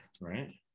right